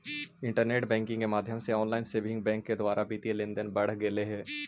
internet banking के माध्यम से ऑनलाइन सेविंग बैंक के द्वारा वित्तीय लेनदेन बढ़ गेले हइ